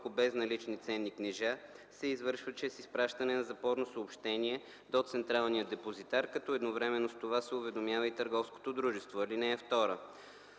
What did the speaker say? безналични ценни книжа се извършва чрез изпращане на запорно съобщение до Централния депозитар, като едновременно с това се уведомява и